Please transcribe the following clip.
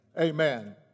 Amen